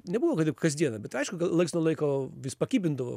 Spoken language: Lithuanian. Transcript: nebuvo kad taip kasdieną bet aišku laiks nuo laiko vis pakibindavo